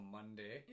Monday